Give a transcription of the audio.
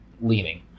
leaning